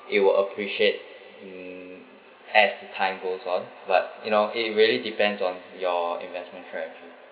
it will appreciate mm as the time goes on but you know it really depends on your investment strategy